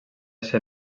ser